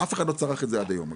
אף אחד צרך את זה עד היום,